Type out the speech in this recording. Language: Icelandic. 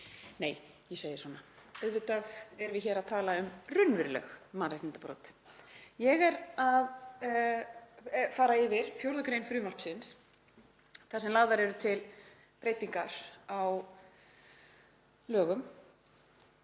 nei, ég segi svona. Auðvitað erum við hér að tala um raunveruleg mannréttindabrot. Ég er að fara yfir 4. gr. frumvarpsins þar sem lagðar eru til breytingar á lögum